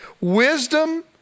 Wisdom